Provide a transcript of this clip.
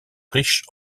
riches